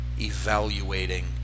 evaluating